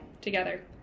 together